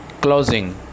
closing